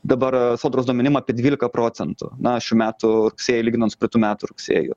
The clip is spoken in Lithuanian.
dabar sodros duomenim apie dvylika procentų na šių metų rugsėjį lyginant su praeitų metų rugsėju